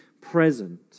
present